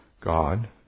God